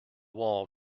wall